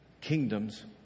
Kingdom's